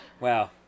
wow